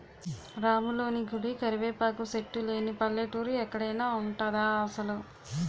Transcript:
రాములోని గుడి, కరివేపాకు సెట్టు లేని పల్లెటూరు ఎక్కడైన ఉంటదా అసలు?